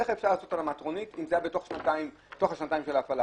איך אפשר לעשות על המטרונית עם זה היה תוך השנתיים של ההפעלה?